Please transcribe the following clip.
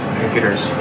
computers